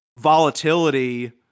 volatility